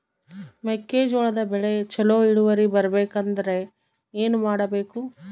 ಮೆಕ್ಕೆಜೋಳದ ಬೆಳೆ ಚೊಲೊ ಇಳುವರಿ ಬರಬೇಕಂದ್ರೆ ಏನು ಮಾಡಬೇಕು?